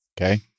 Okay